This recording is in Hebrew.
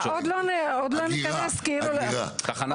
תחנת אגירה.